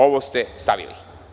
Ovo ste stavili.